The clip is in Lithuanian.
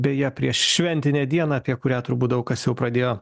beje prieššventinę dieną apie kurią turbūt daug kas jau pradėjo